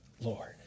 Lord